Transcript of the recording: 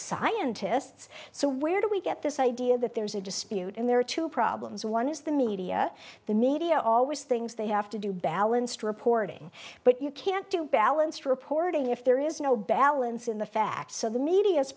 scientists so where do we get this idea that there's a dispute and there are two problems one is the media the media always things they have to do balanced reporting but you can't do balanced reporting if there is no balance in the facts so the me